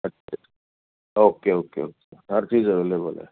ਅੱਛਾ okay okay okay ਹਰ ਚੀਜ਼ ਅਵੇਲੇਬਲ ਹੈ